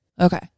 okay